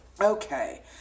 Okay